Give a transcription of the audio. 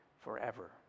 forever